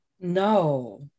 No